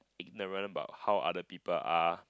ignorant about how other people are